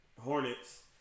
Hornets